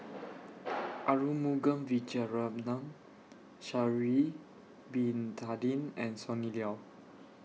Arumugam Vijiaratnam Sha'Ari Bin Tadin and Sonny Liew